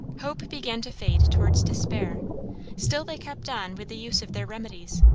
hope began to fade towards despair still they kept on with the use of their remedies.